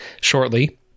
shortly